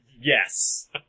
Yes